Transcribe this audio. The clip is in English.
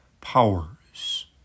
powers